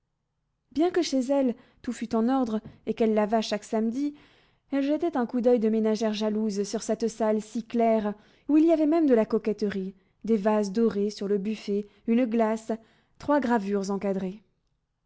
bien que chez elle tout fût en ordre et qu'elle lavât chaque samedi elle jetait un coup d'oeil de ménagère jalouse sur cette salle si claire où il y avait même de la coquetterie des vases dorés sur le buffet une glace trois gravures encadrées